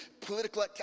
political